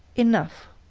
enough.